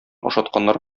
ашатканнар